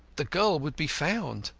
the girl would be found.